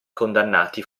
condannati